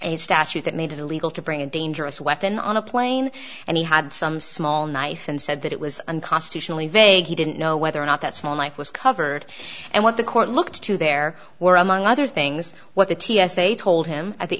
a statute that made it illegal to bring a dangerous weapon on a plane and he had some small knife and said that it was unconstitutionally vague he didn't know whether or not that small knife was covered and what the court looked to there were among other things what the t s a told him at the